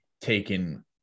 taken